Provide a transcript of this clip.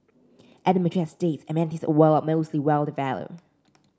at the mature estates amenities are well well developed